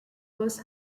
was